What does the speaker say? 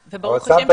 החוץ.